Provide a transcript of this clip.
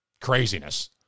craziness